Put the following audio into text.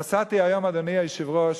נסעתי היום, אדוני היושב-ראש,